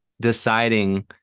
deciding